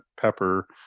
pepper